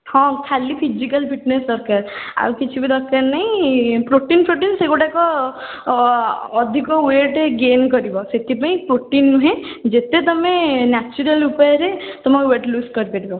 ହଁ ଖାଲି physical fitness ଦରକାର ଆଉ କିଛି ବି ଦରକାର ନାହିଁ ପ୍ରୋଟିନ୍ ଫ୍ରୋଟିନ୍ ସେ ଗୁଡ଼ାକ ଅଧିକ ୱେଟ୍ ଗେନ୍ କରିବ ସେଥିପାଇଁ ପ୍ରୋଟିନ୍ ନୁହେଁ ଯେତେ ତୁମେ ନ୍ୟାଚୁରାଲ୍ ଉପାୟରେ ତୁମର ୱେଟ୍ ଲୁଜ୍ କରିପାରିବ